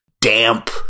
damp